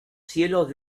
cielos